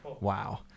wow